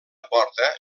porta